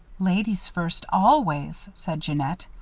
ladies first, always, said jeannette.